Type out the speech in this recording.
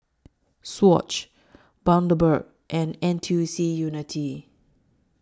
Swatch Bundaberg and N T U C Unity